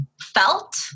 felt